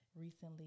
recently